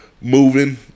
moving